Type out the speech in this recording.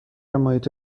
محیط